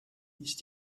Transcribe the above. ist